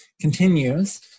continues